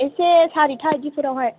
एसे सारिता बिदिफोरावहाय